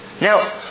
Now